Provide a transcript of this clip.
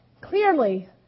Clearly